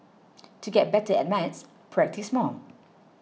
to get better at maths practise more